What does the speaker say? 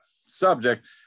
subject